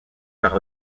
par